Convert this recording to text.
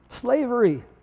Slavery